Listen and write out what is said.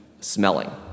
smelling